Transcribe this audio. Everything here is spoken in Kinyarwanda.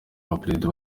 abaperezida